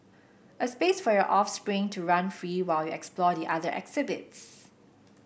a space for your offspring to run free while you explore the other exhibits